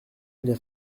les